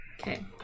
Okay